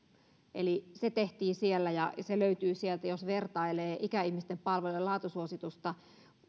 eli se tehtiin sinne ja se löytyy sieltä jos vertailee ikäihmisten palvelujen laatusuositusta vuosilta